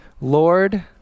Lord